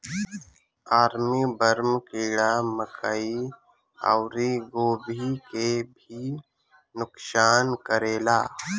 army worm कीड़ा मकई अउरी गोभी के भी नुकसान करेला